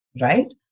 right